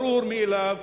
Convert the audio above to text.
ברור מאליו,